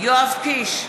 יואב קיש,